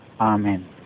Amen